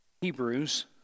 Hebrews